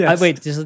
wait